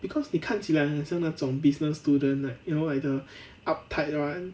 because 你看起来很像那种 business student like you know like the uptight one